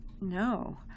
No